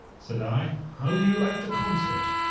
said i, how do you like the concert?